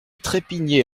trépignait